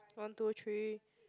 one two three